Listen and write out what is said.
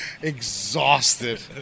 exhausted